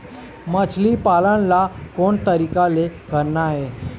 मछली पालन ला कोन तरीका ले करना ये?